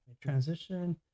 transition